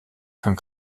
kann